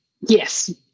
Yes